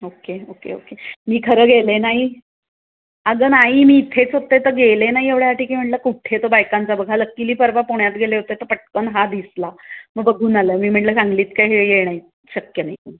okay okay okay मी खरं गेले नाही अगं नाही मी इथेच होते तर गेले नाही एवढ्यासाठी की म्हणलं कुठे तो बायकांचा बघा लक्कीली परवा पुण्यात गेले होते तर पटकन हा दिसला मग बघून आले मी म्हटलं सांगलीत काय हे येणं शक्य नाही